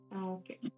Okay